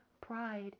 Pride